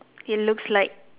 it looks like